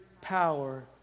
power